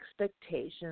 expectations